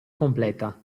completa